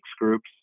groups